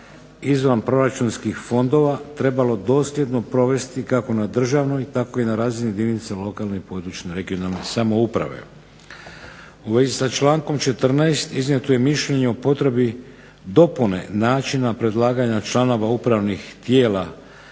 izvanproračunskih fondova trebalo dosljedno provesti kako na državnoj, tako i na razini jedinica lokalne i područne (regionalne) samouprave. U vezi sa člankom 14. iznijeto je mišljenje o potrebi dopune načina predlaganja članova upravnih tijela